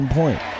point